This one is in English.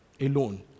alone